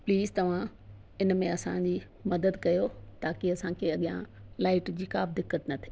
please तव्हां इन में असांजी मदद कयो ताक़ी असांखे अॻियां लाइट जी को बि दिक़त न थिए